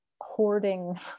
hoarding